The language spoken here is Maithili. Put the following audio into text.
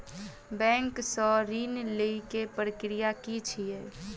बैंक सऽ ऋण लेय केँ प्रक्रिया की छीयै?